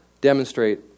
demonstrate